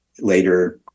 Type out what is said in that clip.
later